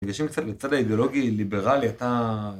נגשים קצת לצד האידיאולוגי-ליברלי, אתה...